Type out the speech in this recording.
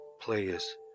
players